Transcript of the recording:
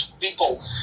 people